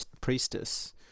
priestess